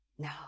No